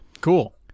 Cool